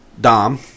Dom